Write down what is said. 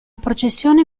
processione